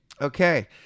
Okay